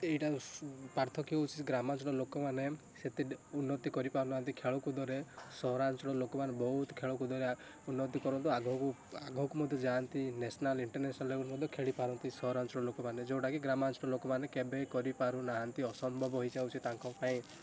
ଏଇଟା ପାର୍ଥକ୍ୟ ହେଉଛି ଗ୍ରାମାଞ୍ଚଳ ଲୋକମାନେ ସେତେ ଉନ୍ନତି କରିପାରୁ ନାହାନ୍ତି ଖେଳକୁଦରେ ସହରାଞ୍ଚଳରେ ଲୋକମାନେ ବହୁତ ଖେଳକୁଦରେ ଉନ୍ନତି କରନ୍ତୁ ଆଗକୁ ଆଗକୁ ମଧ୍ୟ ଯାଆନ୍ତି ନ୍ୟାସନାଲ୍ ଇଣ୍ଟରନ୍ୟାସନାଲ୍ ଲେବେଲ୍ ମଧ୍ୟ ଖେଳିପାରନ୍ତି ସହରାଞ୍ଚଳ ଲୋକମାନେ ଯେଉଁଟା କି ଗ୍ରାମାଞ୍ଚଳ ଲୋକମାନେ କେବେବି କରିପାରୁ ନାହାନ୍ତି ଅସମ୍ଭବ ହେଇଯାଉଛି ତାଙ୍କ ପାଇଁ